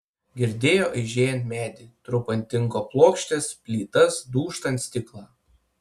girdėjo aižėjant medį trupant tinko plokštes plytas dūžtant stiklą